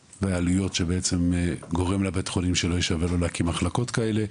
והעלויות שגורמים לבית החולים שלא יהיה שווה לו להקים מחלקות כאלה,